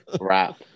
Wrap